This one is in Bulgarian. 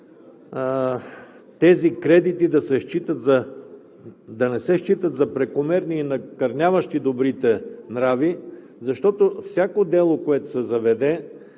тези кредити да не се считат за прекомерни и накърняващи добрите нрави, защото всяко дело, което се заведе